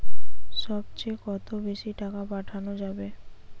সব চেয়ে কত বেশি টাকা পাঠানো যাবে?